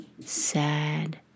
sad